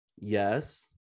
Yes